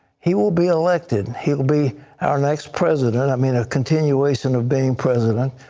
he will be elected. he will be our next president. i mean a continuation of being president.